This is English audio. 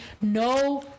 no